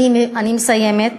אני מסיימת.